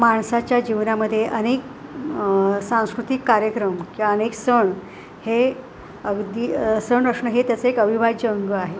माणसाच्या जीवनामध्ये अनेक सांस्कृतिक कार्यक्रम किंवा अनेक सण हे अगदी सण हे त्याचं एक अविभाज्य अंग आहे